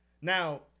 Now